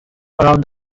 around